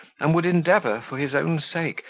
and would endeavour, for his own sake,